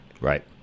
Right